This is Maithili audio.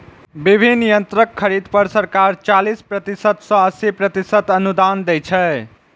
विभिन्न यंत्रक खरीद पर सरकार चालीस प्रतिशत सं अस्सी प्रतिशत अनुदान दै छै